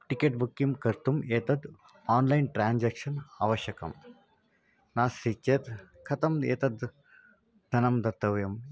ticket booking कर्तुम् एतत् online transaction आवश्यकं नास्ति चेत् कथम् एतद् धनं दातव्यम्